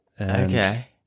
Okay